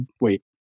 wait